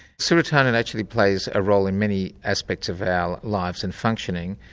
serotonin actually plays a role in many aspects of our lives and functioning.